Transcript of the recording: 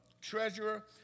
treasurer